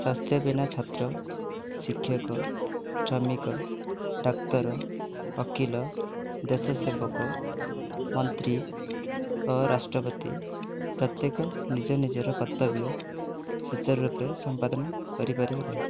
ସ୍ୱାସ୍ଥ୍ୟ ବିନା ଛାତ୍ର ଶିକ୍ଷକ ଶ୍ରମିକ ଡାକ୍ତର ଓକିଲ ଦେଶସେବକ ମନ୍ତ୍ରୀ ଓ ରାଷ୍ଟ୍ରପତି ପ୍ରତ୍ୟେକ ନିଜ ନିଜର କର୍ତ୍ତବ୍ୟ ସୂଚାରୁରୂପେ ସମ୍ପାଦନ କରିପାରିବେ ନାହିଁ